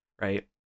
right